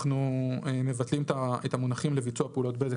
אנחנו מבטלים את המונחים "לביצוע פעולות בזק"